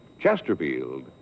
Chesterfield